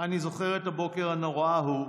אני זוכר את הבוקר הנורא ההוא